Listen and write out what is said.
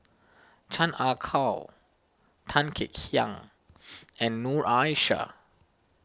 Chan Ah Kow Tan Kek Hiang and Noor Aishah